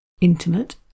intimate